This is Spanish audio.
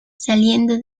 saliendo